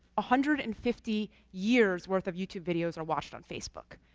ah hundred and fifty years worth of youtube videos are watched on facebook.